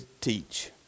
teach